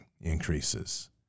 increases